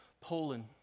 Poland